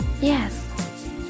Yes